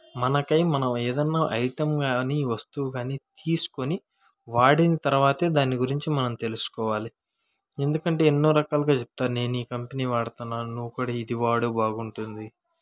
మనకై మనం ఏదైనా ఐటెంకాని వస్తువుకాని తీసుకోని వాడిన తర్వాతే దాని గురించి మనం తెలుసుకోవాలి ఎందుకంటే ఎన్నో రకాలుగా చెప్తారు నేను ఈ కంపెనీ వాడుతున్నాను నువ్వు కూడా ఇది వాడు బాగుంటుంది